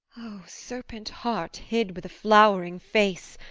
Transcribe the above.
serpent heart, hid with a flowering face!